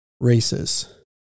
races